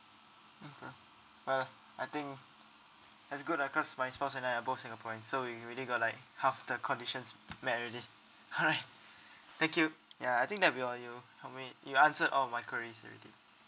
okay uh I think that's good uh cause my spouse and I are both singaporeans so we already got like half the conditions met already alright thank you ya I think that'll be all you help me you answered all of my queries already